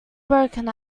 broken